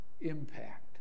impact